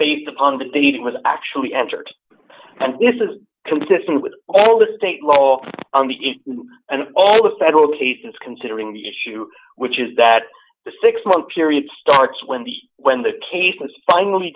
based upon the deed was actually entered and this is consistent with all the state law and all the federal cases considering the issue which is that the six month period starts when the when the case was finally